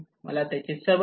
मला त्याची सवय आहे